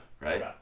Right